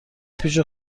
پیش